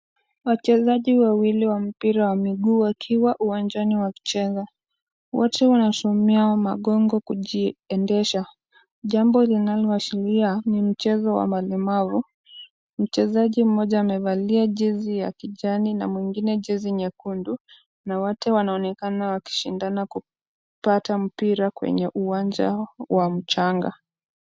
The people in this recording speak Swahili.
Wachezaji wawili wa mpira wa miguu wakiwa uwanjani wakicheza. Wote wanatumia magongo kujiendesha, jambo linaloashiria ni mchezo wa walemavu. Mchezaji mmoja amevalia jezi ya kijani na mwingine jezi ya nyekundu , na wote wanaonekana wakishindana kupata mpira kwenye uwanja wa mchanga.